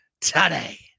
Today